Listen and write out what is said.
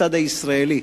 הצד הישראלי,